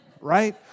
right